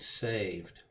saved